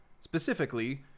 specifically